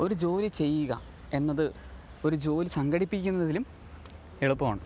ഒരു ജോലി ചെയ്യുക എന്നത് ഒരു ജോലി സംഘടിപ്പിക്കുന്നതിലും എളുപ്പമാണ്